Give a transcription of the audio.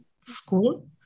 school